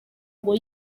ngo